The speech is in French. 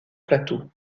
plateau